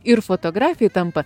ir fotografei tampa